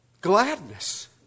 gladness